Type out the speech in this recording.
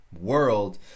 world